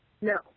No